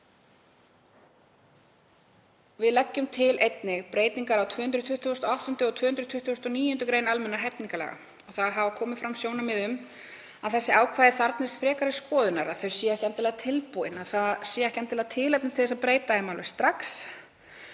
Við leggjum einnig til breytingar á 228. og 229. gr. almennra hegningarlaga. Komið hafa fram sjónarmið um að þessi ákvæði þarfnist frekari skoðunar, að þau séu ekki endilega tilbúin, að ekki sé endilega tilefni til þess að breyta þeim alveg strax